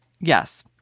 Yes